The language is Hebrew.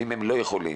ואם לא יכולים,